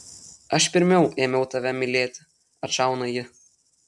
aš pirmiau ėmiau tave mylėti atšauna ji